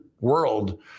world